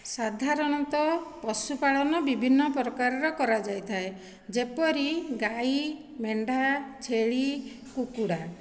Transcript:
ସାଧାରଣତଃ ପଶୁପାଳନ ବିଭିନ୍ନ ପ୍ରକାରର କରାଯାଇଥାଏ ଯେପରି ଗାଈ ମେଣ୍ଢା ଛେଳି କୁକୁଡ଼ା